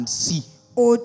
see